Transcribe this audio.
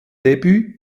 debüt